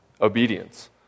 obedience